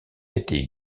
été